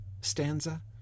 stanza